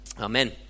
Amen